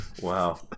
Wow